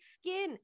skin